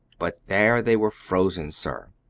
but there they were frozen, sir,